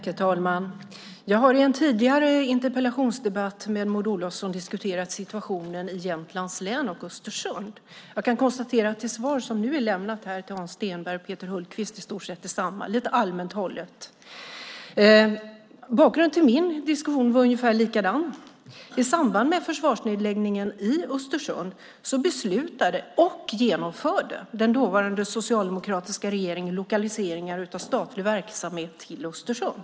Herr talman! Jag har i en tidigare interpellationsdebatt med Maud Olofsson diskuterat situationen i Jämtlands län och Östersund. Jag kan konstatera att det svar som nu har lämnats till Hans Stenberg och Peter Hultqvist i stort sett är detsamma. Det är lite allmänt hållet. Bakgrunden till min diskussion var ungefär likadan. I samband med försvarsnedläggningen i Östersund beslutade och genomförde den dåvarande socialdemokratiska regeringen lokaliseringar av statlig verksamhet till Östersund.